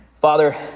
Father